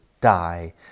die